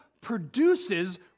produces